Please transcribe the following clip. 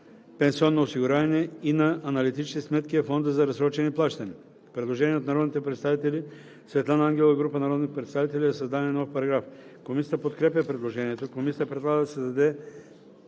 пенсионно осигуряване и на аналитичните сметки във фонда за разсрочени плащания“.“ Предложение от народния представител Светлана Ангелова и група народни представители за създаване на нов параграф. Комисията подкрепя предложението. Комисията предлага да се създаде